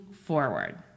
forward